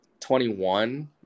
21